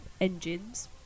engines